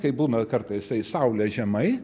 kaip būna kartais tai saulė žemai